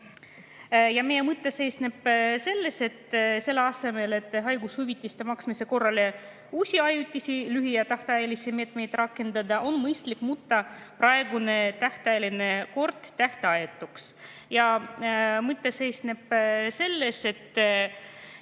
Meie mõte seisneb selles, et selle asemel, et haigushüvitiste maksmisel uusi ajutisi lühi‑ ja tähtajalisi meetmeid rakendada, on mõistlik muuta praegune tähtajaline kord tähtajatuks. Mõte seisneb selles, et